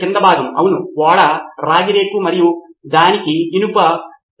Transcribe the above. నితిన్ కురియన్ కాబట్టి మనం తిరిగి వచ్చి మన పారామీటర్లు నెరవేరుతున్నాయో లేదో చూడాలి